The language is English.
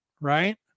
right